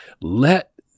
let